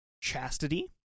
chastity